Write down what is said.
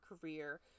career